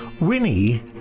Winnie